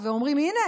ואומרים: הינה,